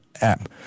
App